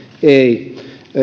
ei